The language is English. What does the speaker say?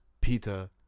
Peter